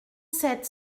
sept